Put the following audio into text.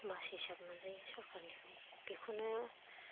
मास हिसाब मोनजायो सरखारनिफ्राय बेखौनो